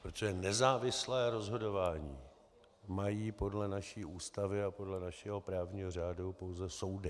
Protože nezávislé rozhodování mají podle naší Ústavy a podle našeho právního řádu pouze soudy.